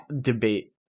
debate